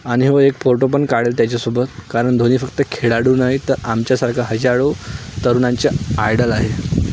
आणि हो एक फोटो पण काढेल त्याच्यासोबत कारण धोनी फक्त खेळाडू नाही तर आमच्यासारखं हजारो तरुणांचा आयडल आहे